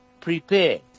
Prepare